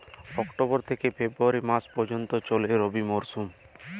October থেকে February মাস পর্যন্ত চলে রবি মরসুম